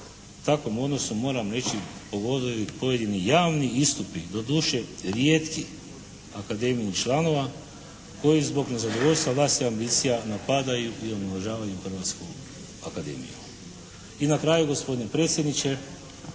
takvom odnosu moram reći pogoduju pojedini javni istupi, doduše rijetki Akademijinih članova koji zbog nezadovoljstva … /Govornik se ne razumije./ … napada i omalovažava i u Hrvatskoj akademiji. I na kraju gospodine predsjedniče,